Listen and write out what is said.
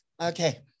Okay